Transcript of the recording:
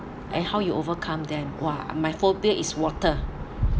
eh how you overcome them !wah! my phobia is water